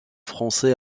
français